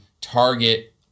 target